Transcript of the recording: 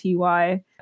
TY